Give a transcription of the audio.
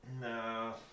No